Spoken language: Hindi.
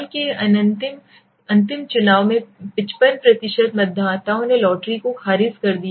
हाल के अनंतिम चुनाव में 55 मतदाताओं ने लॉटरी को खारिज कर दिया